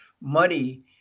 money